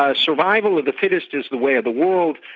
ah survival of the fittest is the way of the world,